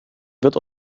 wird